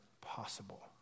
possible